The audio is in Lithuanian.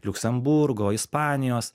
liuksemburgo ispanijos